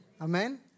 Amen